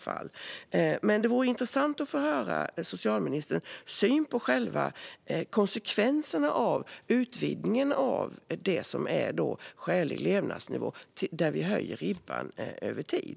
Det vore intressant att få höra socialministerns syn på konsekvenserna av utvidgningen av skälig levnadsnivå och att vi höjer ribban över tid.